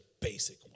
basic